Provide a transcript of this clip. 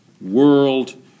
world